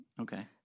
Okay